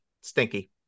stinky